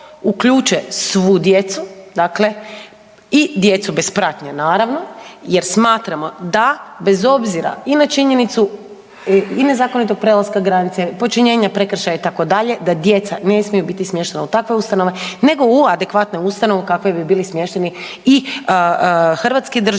uključuje svu djecu i djecu bez pratnje naravno jer smatramo da bez obzira i na činjenicu i nezakonitog prelaska granice, počinjenja prekršaja itd. da djeca ne smiju biti smještena u takve ustanove nego u adekvatne ustanove u kakve bi bili smješteni i hrvatski državljani